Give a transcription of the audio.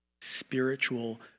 spiritual